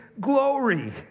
glory